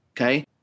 okay